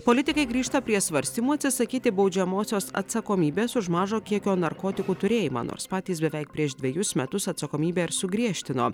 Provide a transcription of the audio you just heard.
politikai grįžta prie svarstymų atsisakyti baudžiamosios atsakomybės už mažo kiekio narkotikų turėjimą nors patys beveik prieš dvejus metus atsakomybę ir sugriežtino